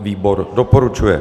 Výbor doporučuje.